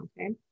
okay